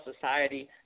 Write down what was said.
society